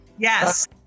Yes